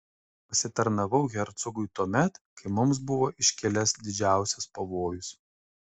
pasitarnavau hercogui tuomet kai mums buvo iškilęs didžiausias pavojus